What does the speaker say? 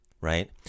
right